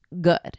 good